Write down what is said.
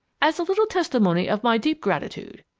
as a little testimonial of my deep gratitude.